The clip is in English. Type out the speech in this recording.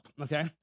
okay